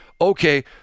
Okay